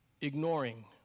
ignoring